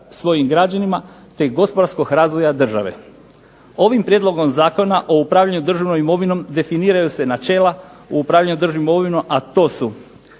svojim građanima te gospodarskog razvoja države. Ovim prijedlogom zakona o upravljanju državnom imovinom definiraju se načela u upravljanju državnom imovinom, a to su